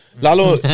Lalo